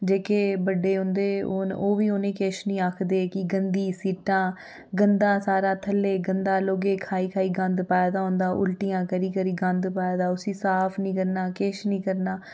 जेह्के बड्डे उंदे ओह् न ओह् बी उ'नेंगी किश नी आखदे कि गंदी सीटां गंदा सारा थल्लै गंदा लोकें खाई खाई गंद पाए दा होंदा उल्टियां करी करी गंद पाए दा उसी साफ नी करना किश नी करना